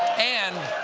and,